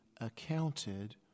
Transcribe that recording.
accounted